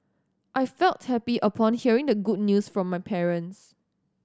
I felt happy upon hearing the good news from my parents